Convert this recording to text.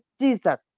Jesus